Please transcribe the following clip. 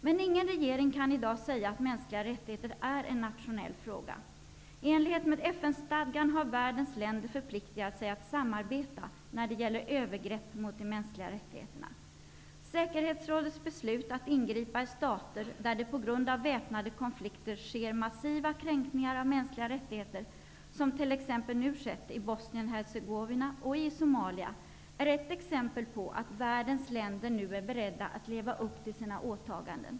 Men ingen regering kan i dag säga att mänskliga rättigheter är en nationell fråga. I enlighet med FN stadgan har världens länder förpliktigat sig att samarbeta när det gäller övergrepp mot de mänskliga rättigheterna. Säkerhetsrådets beslut att ingripa i stater där det på grund av väpnade konflikter sker massiva kränkningar av mänskliga rättigheter, som t.ex. nu skett i Bosnien Hercegovina och i Somalia, är ett exempel på att världens länder nu är beredda att leva upp till sina åtaganden.